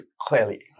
clearly